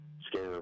scare